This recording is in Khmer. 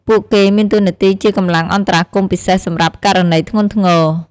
ពួកគេមានតួនាទីជាកម្លាំងអន្តរាគមន៍ពិសេសសម្រាប់ករណីធ្ងន់ធ្ងរ។